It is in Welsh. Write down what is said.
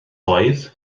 oedd